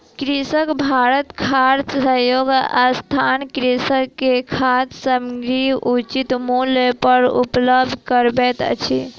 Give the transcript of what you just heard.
कृषक भारती खाद्य सहयोग संस्थान कृषक के खाद्य सामग्री उचित मूल्य पर उपलब्ध करबैत अछि